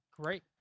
great